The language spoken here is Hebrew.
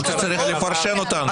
למה אתה צריך לפרשן אותנו?